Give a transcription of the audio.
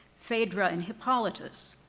phaedra and hippolytus,